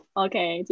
okay